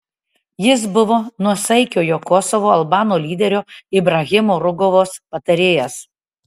jis buvo nuosaikiojo kosovo albanų lyderio ibrahimo rugovos patarėjas